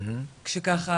שככה,